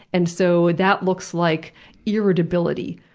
and so that looks like irritability,